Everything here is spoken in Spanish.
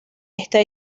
esta